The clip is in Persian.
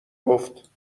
گفت